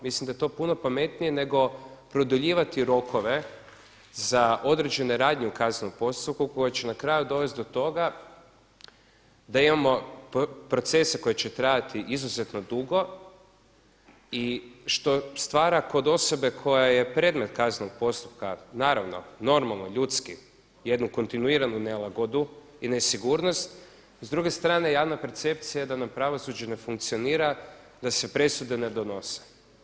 Mislim da je to puno pametnije nego produljivati rokove za određene radnje u kaznenom postupku koje će na kraju dovesti do toga da imamo procese koji će trajati izuzetno dugo i što stvara kod osobe koja je predmet kaznenog postupka naravno normalno ljudski jednu kontinuiranu nelagodu i nesigurnost, s druge strane javna percepcija je da nam pravosuđe ne funkcionira, da se presude ne donose.